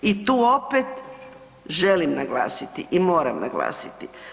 I tu opet želim naglasiti i moram naglasiti.